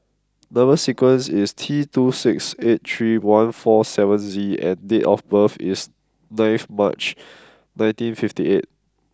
number sequence is T two six eight three one four seven Z and date of birth is ninth March nineteen fifty eight